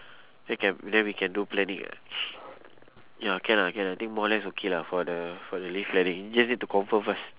then can then we can do planning [what] ya can ah can ah I think more or less okay lah for the for the leave planning just need to confirm first